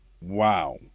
Wow